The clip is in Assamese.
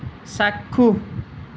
চাক্ষুষ